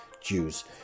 Jews